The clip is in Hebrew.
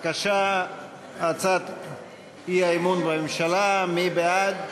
בבקשה, הצעת אי-אמון בממשלה, מי בעד?